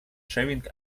shaving